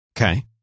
Okay